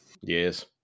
Yes